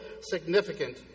significant